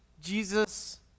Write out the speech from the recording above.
Jesus